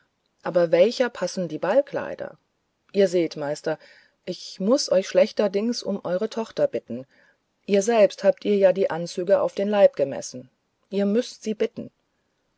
aber welcher passen die ballkleider ihr seht meister ich muß euch schlechterdings um eure tochter bitten ihr selbst habt ihr ja die anzüge auf den leib gemessen ihr müßt sie bitten